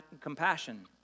compassion